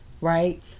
Right